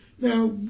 Now